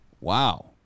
wow